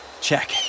check